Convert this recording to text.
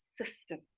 system